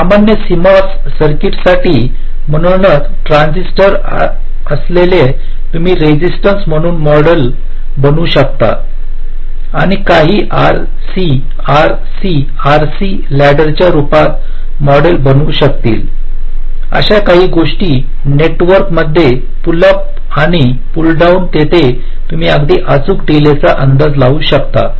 तर सामान्य CMOS सर्किटसाठी म्हणूनच ट्रान्झिस्टरवर असलेले तुम्ही रेसिस्टन्स म्हणून मॉडेल बनवू शकता आणि काही R C R C R C लाडडेरच्या रूपात मॉडेल बनवू शकतील अशा काही गोष्टी नेटवर्क मध्ये पूल अप आणि पूल डाउन तिथे तुम्ही अगदी अचूक डिले चा अंदाज लावू शकता